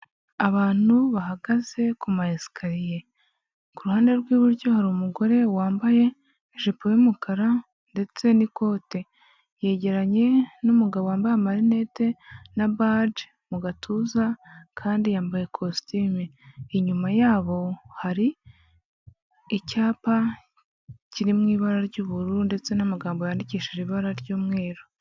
Abantu bahagaze kuma esikariye ku ruhande rw'iburyo hari umugore wambaye ijipo y'umukara ndetse n'ikote, yegeranye n'umugabo wambaye amarinete na baji mu gatuza kandi yambaye ikositime, inyuma yabo hari icyapa kiri mu ibara ry'ubururu ndetse n'amagambo yandikishije ibara ry'umweru.